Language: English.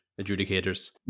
adjudicators